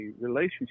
relationship